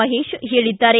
ಮಹೇಶ ಹೇಳಿದ್ದಾರೆ